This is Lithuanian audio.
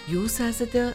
jūs esate